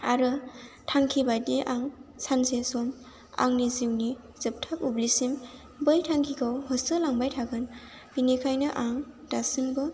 आरो थांखि बादि आं सानसे सम आंनि जिउनि जोबथा बुब्लिसिम बै थांखिखौ होसो लांबाय थागोन बिनिखायनो आं दासिमबो